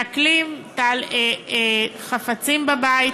מעקלים חפצים בבית